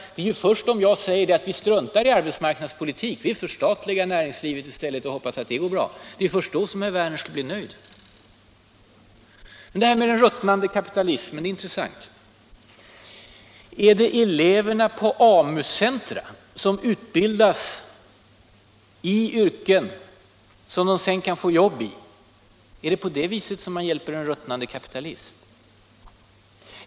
Det är först om jag säger att vi skall strunta i arbetsmarknadspolitiken och förstatliga näringslivet som herr Werner blir nöjd. Men det här med ”den ruttnande kapitalismen” är intressant. Är det genom att på AMU-centrer ge eleverna utbildning i ett yrke som de kan få jobb i som man hjälper den ruttnande kapitalismen?